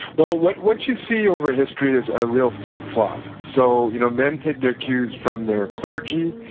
well, what what you see over history is a real flip-flop. so, you know, men get their cues from their clergy,